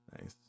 Nice